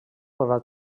podrà